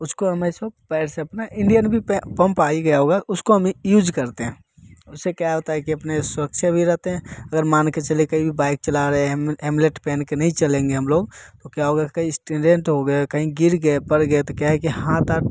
उसको हम ऐसो पैर से अपना इंडियन भी पंप आ ही गया होगा उसको हम यूज करते हैं उससे क्या होता है कि अपने सुरक्षा भी रहते हैं अगर मान के चाहिए कहीं भी बाइक चला रहे हैं हेमलेट पहन के नहीं चलेंगे हम लोग तो क्या हो गया कहीं एक्सीडेंट हो गया कहीं गिर गए पड़ गए तो क्या है कि हाथ वाथ